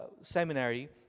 seminary